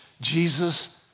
Jesus